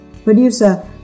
Producer